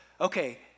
Okay